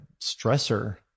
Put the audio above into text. stressor